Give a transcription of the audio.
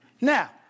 Now